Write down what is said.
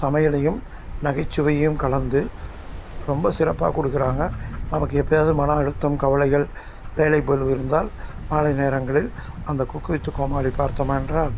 சமையலையும் நகைச்சுவையையும் கலந்து ரொம்ப சிறப்பாக கொடுக்கறாங்க நமக்கு எப்போயாவது மன அழுத்தம் கவலைகள் வேலை பளு இருந்தால் மாலை நேரங்களில் அந்த குக்கு வித்து கோமாளி பார்த்தோம் என்றால்